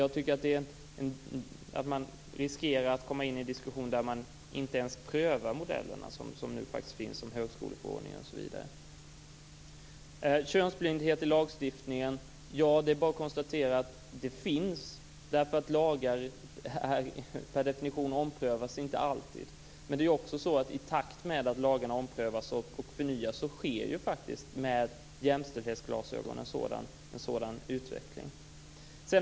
Jag tycker att man annars riskerar att inte ens pröva de modeller som finns med högskoleförordningen, osv. När det gäller frågan om könsblindhet i lagstiftningen är det bara att konstatera att det finns därför att lagar inte per definition alltid omprövas. Men i takt med att lagarna omprövas och förnyas sker en prövning med jämställdhetsglasögon och en utveckling.